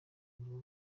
nibo